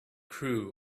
crew